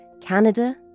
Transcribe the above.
Canada